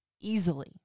easily